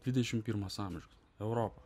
dvidešim pirmas amžius europa